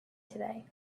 today